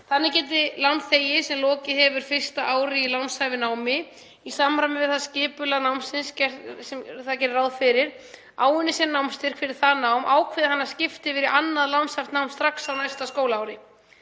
Þannig geti lánþegi sem lokið hefur fyrsta ári í lánshæfu námi í samræmi við það skipulag námsins sem gert er ráð fyrir áunnið sér námsstyrk fyrir það nám ákveði hann að skipta yfir í annað lánshæft nám strax á næsta skólaári.